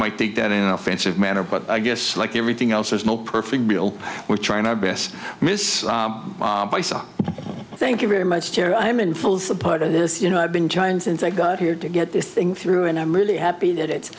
might think that in an offensive manner but i guess like everything else there's no perfect we all we're trying our best by so thank you very much chair i'm in full support of this you know i've been trying since i got here to get this thing through and i'm really happy that it